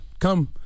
come